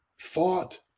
thought